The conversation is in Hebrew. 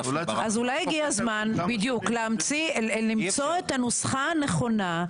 אולי הגיע הזמן למצוא את הנוסחה הנכונה,